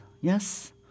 Yes